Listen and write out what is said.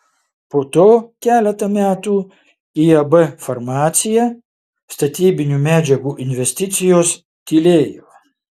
po to keletą metų iab farmacija statybinių medžiagų investicijos tylėjo